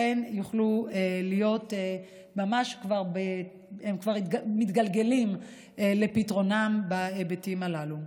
הם כבר מתגלגלים לפתרונם בהיבטים הללו.